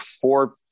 four